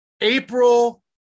April